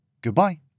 Goodbye